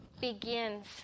begins